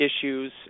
issues